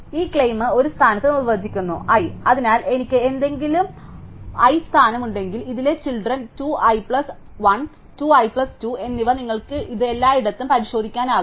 ഇപ്പോൾ ഈ ക്ലെയിം ഒരു സ്ഥാനത്ത് നിർവചിക്കുന്നു i അതിനാൽ എനിക്ക് എന്തെങ്കിലും I സ്ഥാനം ഉണ്ടെങ്കിൽ ഇതിലെ children 2 i plus 1 2 i plus 2 എന്നിവ നിങ്ങൾക്ക് ഇത് എല്ലായിടത്തും പരിശോധിക്കാനാകും